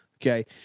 Okay